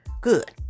Good